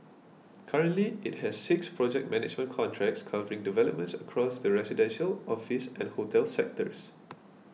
currently it has six project management contracts covering developments across the residential office and hotel sectors